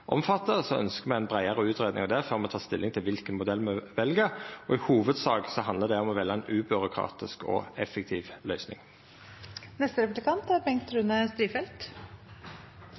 me ei breiare utgreiing av det før me ta stilling til kva for modell me vel. I hovudsak handlar det om å velja ei ubyråkratisk og effektiv